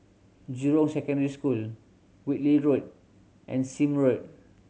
Jurong Secondary School Whitley Road and Sime Road